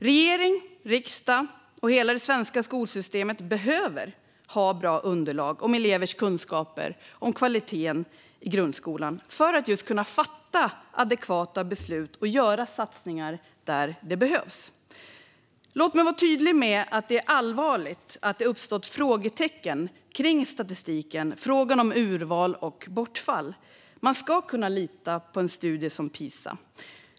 Regering, riksdag och hela det svenska skolsystemet behöver ha bra underlag om elevers kunskaper och om kvaliteten i grundskolan för att kunna fatta adekvata beslut och göra satsningar där det behövs. Låt mig vara tydlig med att det är allvarligt att det uppstått frågetecken kring statistiken och frågan om urval och bortfall. Man ska kunna lita på en studie som PISA.